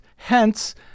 Hence